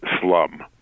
slum